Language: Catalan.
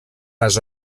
les